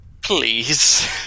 Please